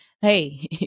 hey